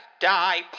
die